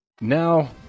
Now